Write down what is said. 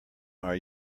are